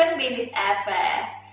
i mean is air fare.